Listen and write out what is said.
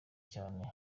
cyane